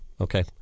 Okay